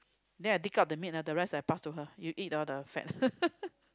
then I dig out the meat ah the rest I pass to her you eat all the fat